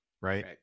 right